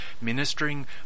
ministering